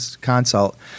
consult